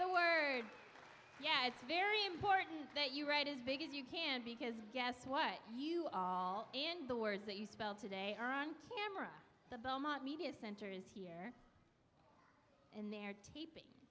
the word yes it's very important that you write as big as you can because guess what you all the words that you spell today are on camera the belmont media center is here and there to keep